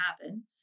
happen